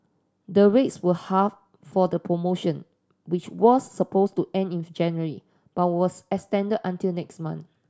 the rates were halved for the promotion which was suppose to end in January but was extended until next month